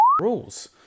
rules